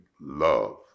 love